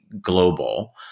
global